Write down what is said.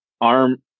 arm